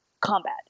combat